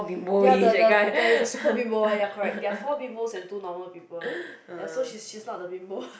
ya the the the super bimbo one ya correct there are four bimbos and two normal people ya so she's she's not the bimbo